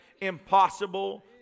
impossible